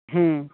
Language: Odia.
ହଁ